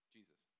Jesus